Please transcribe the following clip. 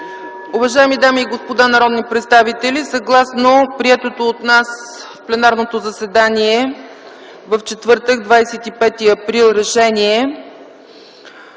Уважаеми дами и господа народни представители, съгласно приетото от нас решение в пленарното заседание в четвъртък, 25 април 2010